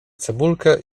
cebulkę